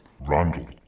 Randall